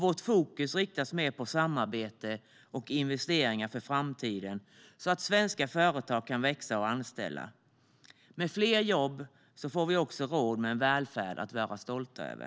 Vårt fokus riktas mer på samarbete och investeringar för framtiden så att svenska företag kan växa och anställa. Med fler jobb får vi också råd med en välfärd att vara stolta över.